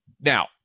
Now